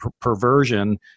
perversion